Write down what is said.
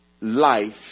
life